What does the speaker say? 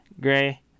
gray